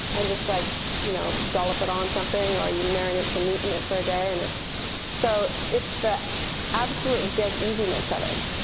and just like you know dollop it on something, or you marinate some meat in it for a day and it's so, it's the absolute dead easiness of it.